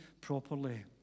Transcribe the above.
properly